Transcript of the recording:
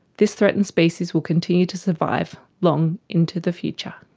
this threatened species will continue to survive long into the future.